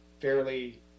fairly